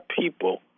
people